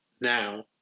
now